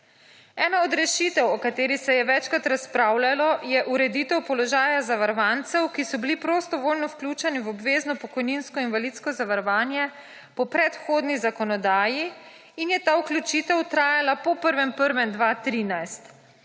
Ena od rešitev, o kateri se je večkrat razpravljalo, je ureditev položaja zavarovancev, ki so bili prostovoljno vključeni v obvezno pokojninsko in invalidsko zavarovanje po predhodni zakonodaji in je ta vključitev trajala po 1. 1. 2013.